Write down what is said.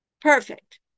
Perfect